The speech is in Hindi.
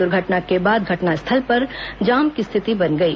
दुर्घटना के बाद घटनास्थल पर जाम की स्थिति बन गई